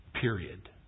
Period